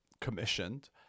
commissioned